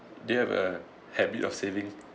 they have a habit of saving